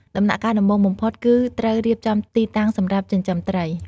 ដំណាក់កាលដំបូងបំផុតគឺត្រូវរៀបចំទីតាំងសម្រាប់ចិញ្ចឹមត្រី។